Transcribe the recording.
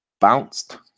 Bounced